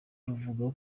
ruvuga